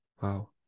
wow